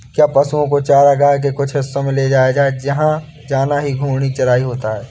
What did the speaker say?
क्या पशुओं को चारागाह के कुछ हिस्सों में ले जाया जाना ही घूर्णी चराई है?